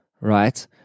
right